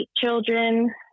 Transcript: children